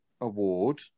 award